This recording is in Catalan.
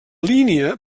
línia